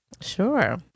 Sure